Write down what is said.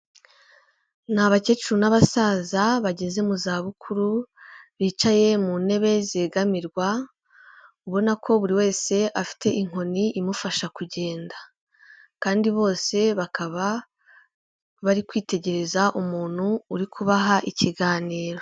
Ni abakecuru n'abasaza bageze mu zabukuru bicaye mu ntebe zegamirwa, ubona ko buri wese afite inkoni imufasha kugenda kandi bose bakaba bari kwitegereza umuntu uri kubaha ikiganiro.